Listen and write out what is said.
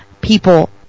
people